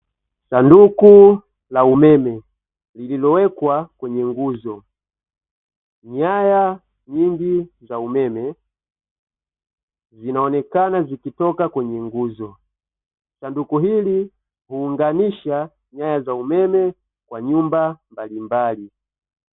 Sanduku la umeme lililowekwa kwenye nguzo nyaya nyingi za umeme zinaonekana zikitoka kwenye nguzo. sanduku hili huunganisha nyaya za umeme kwa nyumba mbalimbali.